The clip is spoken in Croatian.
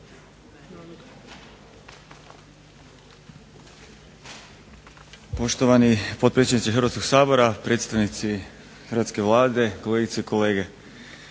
Poštovani potpredsjedniče Hrvatskog sabora, predstavnici hrvatske Vlade, kolegice i kolege